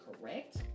correct